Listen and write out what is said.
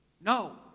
No